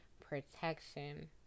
protection